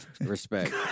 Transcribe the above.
Respect